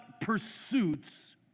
pursuits